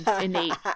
innate